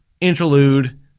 interlude